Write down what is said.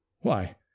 Why